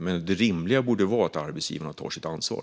Men det rimliga borde vara att arbetsgivarna tar sitt ansvar.